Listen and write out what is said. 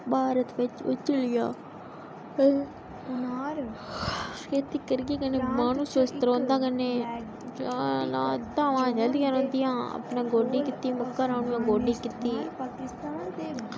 भारत बिच्च चली जा आ बाह्र खेती करगे कन्नै माह्नू स्वास्थ रौंह्दा कन्नै चा ला चलदियां रौह्दियां अपने गोड्डी कीती घरा गोड्डी कीती